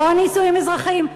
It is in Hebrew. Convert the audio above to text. לא נישואים אזרחיים?